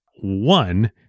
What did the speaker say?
One